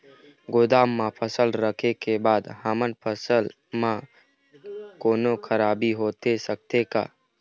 गोदाम मा फसल रखें के बाद हमर फसल मा कोन्हों खराबी होथे सकथे का?